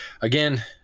again